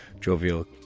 jovial